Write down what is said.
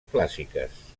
clàssiques